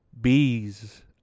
bees